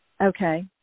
Okay